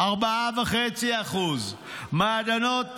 4.5%; מעדנות,